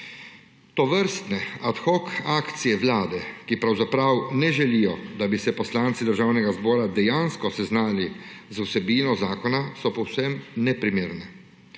Tovrstne ad hoc akcije Vlade, ki pravzaprav ne želi, da bi se poslanci Državnega zbora dejansko seznanili z vsebino zakona, so povsem neprimerne.